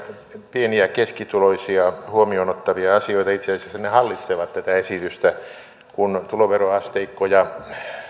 pieni ja keskituloisia huomioon ottavia asioita itse asiassa ne hallitsevat tätä esitystä kun tuloveroasteikkoja